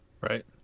Right